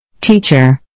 Teacher